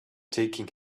taking